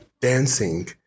dancing